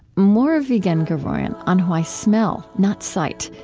more of vigen guroian on why smell, not sight,